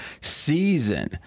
season